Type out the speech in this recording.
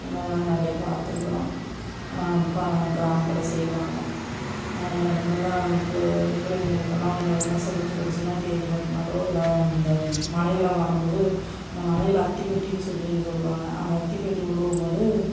அது மாதிரி எல்லாம் நிறையா பார்த்துருக்குறோம் ப கிராமத்தில் செய்வாங்க நிறையா இடங்கள்ல பு பிள்ளைங்களுக்கெல்லாம் அந்த விச பூச்சி கடிச்சிதுன்னா தேனீ கொட்டினாலோ இல்லை இந்த மலைலலாம் வரும் போது இந்த மலையில் அத்தி கட்டின்னு சொல்லி சொல்லுவாங்க அந்த அத்தி கட்டி விழுவும் போது